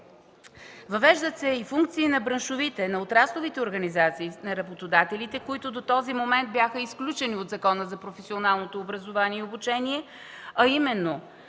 Въвеждат се и функции на браншовите, на отрасловите организации на работодателите, които до този момент бяха изключени от Закона за професионалното образование и обучение, а именно